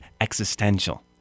existential